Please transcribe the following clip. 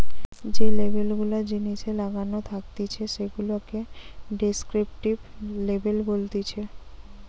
যে লেবেল গুলা জিনিসে লাগানো থাকতিছে সেগুলাকে ডেস্ক্রিপটিভ লেবেল বলতিছে